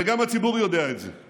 וגם הציבור יודע את זה.